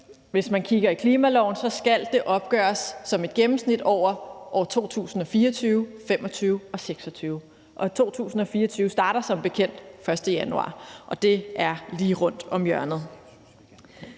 hvis man kigger i klimaloven, skal det opgøres som et gennemsnit over årene 2024, 2025 og 2026. Og 2024 starter som bekendt den 1. januar, og det er lige rundt om hjørnet.